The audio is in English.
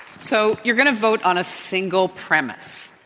so you're going to vote on a single premise,